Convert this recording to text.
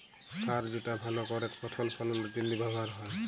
সার যেটা ভাল করেক ফসল ফললের জনহে ব্যবহার হ্যয়